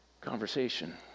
conversation